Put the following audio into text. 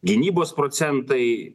gynybos procentai